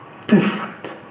different